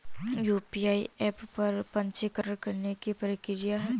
UPI app पर पंजीकरण करने की प्रक्रिया क्या है?